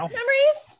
Memories